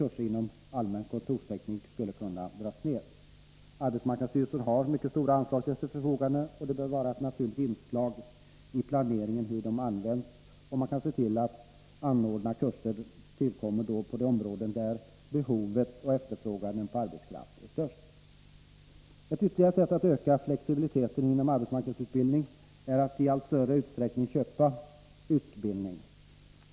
kurser inom allmän kontorsteknik skulle kunna dras ned. Arbetsmarknadsstyrelsen har mycket stora anslag till sitt förfogande, och det bör vara ett naturligt inslag i planeringen av hur dessa används att se till att anordnade kurser tillkommer på de områden där behovet av och efterfrågan på arbetskraft är störst. Ytterligare ett sätt att öka flexibiliteten inom arbetsmarknadsutbildningen är att i allt större utsträckning köpa utbildning.